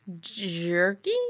Jerky